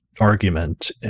argument